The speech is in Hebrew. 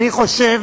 אני חושב